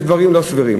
זה דבר לא סביר.